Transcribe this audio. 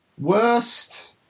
Worst